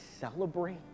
celebrate